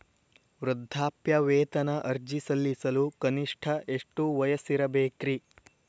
ವೃದ್ಧಾಪ್ಯವೇತನ ಅರ್ಜಿ ಸಲ್ಲಿಸಲು ಕನಿಷ್ಟ ಎಷ್ಟು ವಯಸ್ಸಿರಬೇಕ್ರಿ?